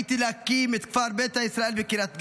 וזכיתי להקים את כפר ביתא ישראל בקריית גת,